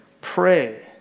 pray